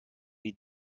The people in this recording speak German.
die